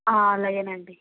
అలాగే అండీ